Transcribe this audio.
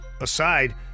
aside